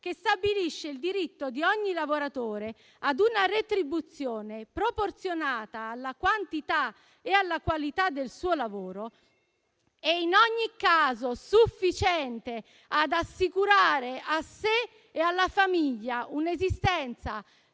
stabilisce il diritto di ogni lavoratore a una retribuzione proporzionata alla quantità e alla qualità del suo lavoro e in ogni caso sufficiente ad assicurare a sé e alla famiglia un'esistenza